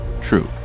True